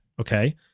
okay